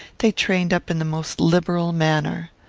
they trained up in the most liberal manner.